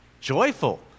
joyful